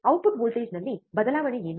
output ವೋಲ್ಟೇಜ್ನಲ್ಲಿ ಬದಲಾವಣೆ ಏನು